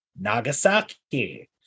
Nagasaki